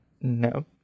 No